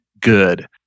good